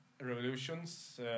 revolutions